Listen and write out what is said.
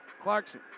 Clarkson